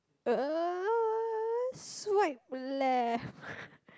uh swipe left